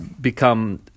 become